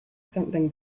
something